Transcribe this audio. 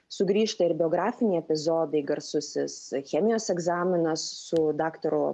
sugrįžta ir biografiniai epizodai garsusis chemijos egzaminas su daktaru